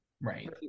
right